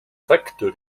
factory